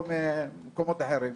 או ממקומות אחרים.